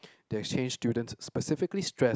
the exchange students specifically stress